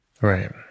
Right